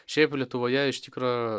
šiaip lietuvoje iš tikro